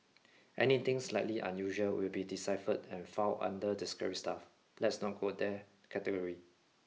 anything slightly unusual will be deciphered and fall under the scary stuff let's not go there category